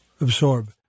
absorb